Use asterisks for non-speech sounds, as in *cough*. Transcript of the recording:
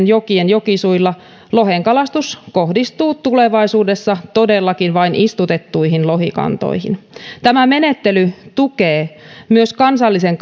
*unintelligible* jokien jokisuilla lohenkalastus kohdistuu tulevaisuudessa todellakin vain istutettuihin lohikantoihin tämä menettely tukee myös kansallisen *unintelligible*